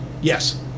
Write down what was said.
Yes